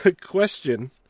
Question